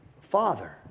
Father